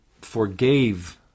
forgave